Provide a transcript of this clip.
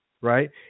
Right